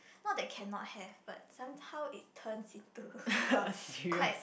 not that cannot have but somehow it turns into a quite